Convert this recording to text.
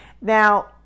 Now